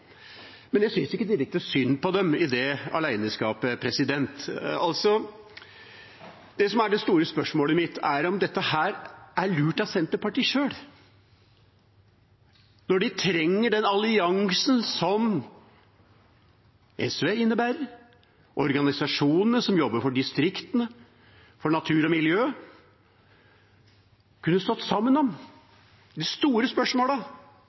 men jeg synes ikke direkte synd på dem for det aleneskapet. Det som er det store spørsmålet mitt, er om dette er lurt av Senterpartiet selv, når de trenger den alliansen som SV innebærer, og som organisasjonene som jobber for distriktene, for natur og miljø, kunne stått sammen om. Det store